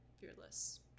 fearless